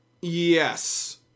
Yes